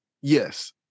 yes